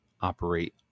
operate